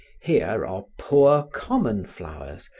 here are poor common flowers,